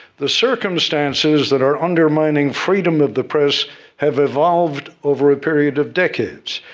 the circumstances that are undermining freedom of the press have evolved over a period of decades.